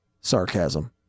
Sarcasm